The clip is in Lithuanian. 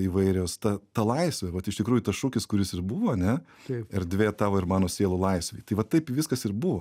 įvairios ta ta laisvė vat iš tikrųjų tas šūkis kuris ir buvo a ne erdvė tavo ir mano sielų laisvei tai vat taip viskas ir buvo